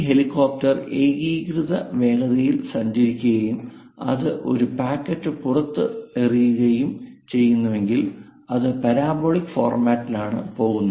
ഈ ഹെലികോപ്റ്റർ ഏകീകൃത വേഗതയിൽ സഞ്ചരിക്കുകയും അത് ഒരു പാക്കറ്റ് പുറത്തിറക്കുകയും ചെയ്യുന്നുവെങ്കിൽ അത് പരാബോളിക് ഫോർമാറ്റിലാണ് പോകുന്നത്